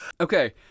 Okay